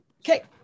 Okay